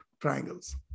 triangles